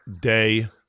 day